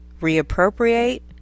reappropriate